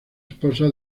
esposa